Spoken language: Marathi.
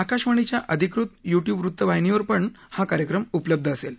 आकाशवाणीच्याअधिकृत युट्युब वृत्तवाहिनीवर पण हा कार्यक्रम उपलब्ध असेल